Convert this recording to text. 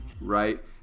right